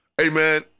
amen